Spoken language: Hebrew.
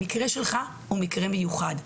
המקרה שלך הוא מקרה מיוחד,